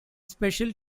special